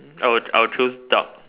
I will I will choose dark